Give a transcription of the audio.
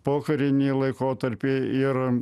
pokarinį laikotarpį ir